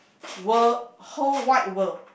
world whole wide world